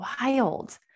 wild